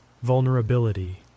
Vulnerability